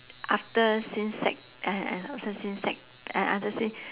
after since sec a~ a~ after since sec a~ after since